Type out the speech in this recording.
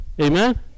Amen